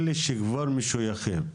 אלה שכבר משויכים,